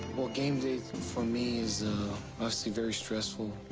well, game day, for me, is obviously very stressful.